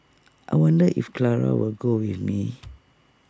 I wonder if Clara will go with me